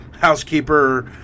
housekeeper